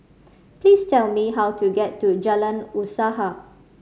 please tell me how to get to Jalan Usaha